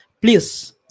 Please